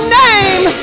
name